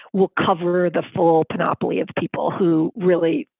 we'll cover the full panoply of people who really,